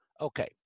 Okay